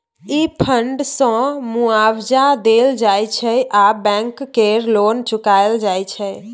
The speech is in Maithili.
ई फण्ड सँ मुआबजा देल जाइ छै आ बैंक केर लोन चुकाएल जाइत छै